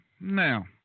now